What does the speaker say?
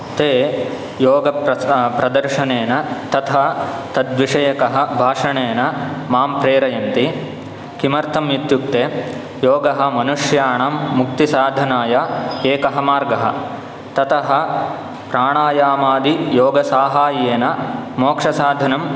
ते योगप्रथ प्रदर्शनेन तथा तद्विषयक भाषणेन मां प्रेरयन्ति किमर्थम् इत्युक्ते योगः मनुष्याणां मुक्तिसाधनाय एकः मार्गः ततः प्राणायामादि योगसाहाय्येन मोक्षसाधनम्